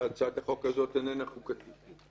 שהצעת החוק הזאת איננה חוקתית.